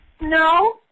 No